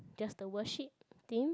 just the worship I think